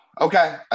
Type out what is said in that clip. Okay